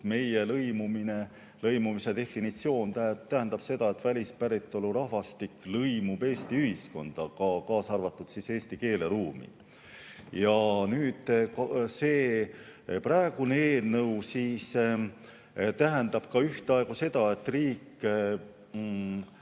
Meie lõimumise definitsioon tähendab seda, et välispäritolu rahvastik lõimub Eesti ühiskonda, kaasa arvatud eesti keeleruumi. Ja see praegune eelnõu siis tähendab ka ühtaegu seda, et riik